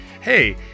hey